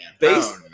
Based